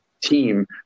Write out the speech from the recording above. team